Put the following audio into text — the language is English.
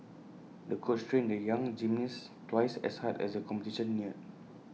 the coach trained the young gymnast twice as hard as the competition neared